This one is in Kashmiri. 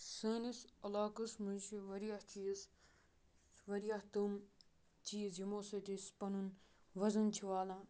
سٲنِس علاقَس منٛز چھِ واریاہ چیٖز چھِ واریاہ تِم چیٖز یِمو سۭتۍ أسۍ پَنُن وَزَن چھِ والان